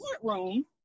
courtroom